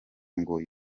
ngo